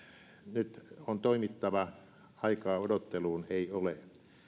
nyt on toimittava aikaa odotteluun ei ole